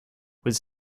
was